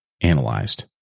analyzed